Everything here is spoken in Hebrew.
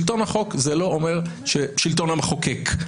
שלטון החוק לא אומר שלטון המחוקק.